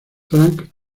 frank